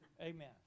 Amen